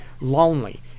lonely